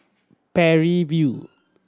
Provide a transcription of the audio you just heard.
Parry View